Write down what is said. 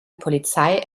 polizei